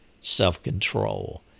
self-control